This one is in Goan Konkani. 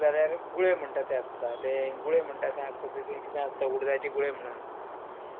जाल्यार गुळे म्हणटा तें आसता तें गुळे म्हणटा तें आसता तेतून कितें आसता उडदाचें गुळे म्हणून आसता